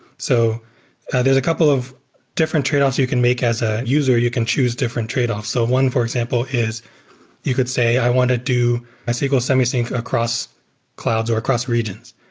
so a couple of different tradeoffs you can make as a user. you can choose different tradeoffs so one, for example, is you could say i want to do a sql semi-sync across clouds or across regions.